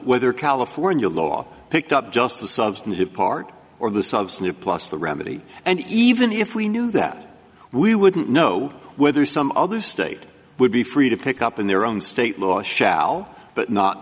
whether california law picked up just the substantive part or the substantive plus the remedy and even if we knew that we wouldn't know whether some other state would be free to pick up in their own state laws shall but not